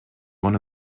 one